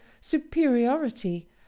superiority